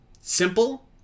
simple